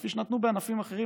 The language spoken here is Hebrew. כפי שנתנו בענפים אחרים,